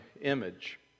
image